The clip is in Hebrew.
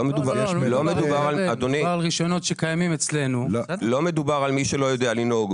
לא מדובר על מי שלא יודע לנהוג.